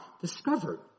discovered